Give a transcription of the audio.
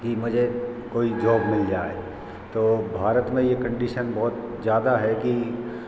कि मुझे कोई जॉब मिल जाए तो भारत में यह कन्डिशन बहुत ज़्यादा है कि